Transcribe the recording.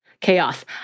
Chaos